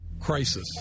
Crisis